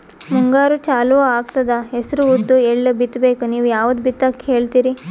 ಮುಂಗಾರು ಚಾಲು ಆಗ್ತದ ಹೆಸರ, ಉದ್ದ, ಎಳ್ಳ ಬಿತ್ತ ಬೇಕು ನೀವು ಯಾವದ ಬಿತ್ತಕ್ ಹೇಳತ್ತೀರಿ?